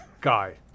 Guy